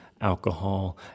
alcohol